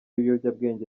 ibiyobyabwenge